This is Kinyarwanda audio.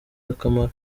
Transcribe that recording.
akamaro